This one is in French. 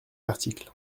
article